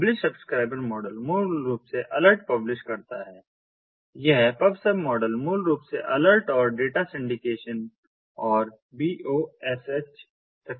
publish subscriber model मूल रूप से अलर्ट पब्लिश करता है यह पब सब मॉडल मूल रूप से अलर्ट और डेटा सिंडिकेशन और बी ओ एस एच तकनीक के लिए सूचित करता है